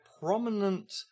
prominent